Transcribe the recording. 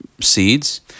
seeds